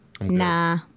Nah